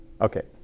okay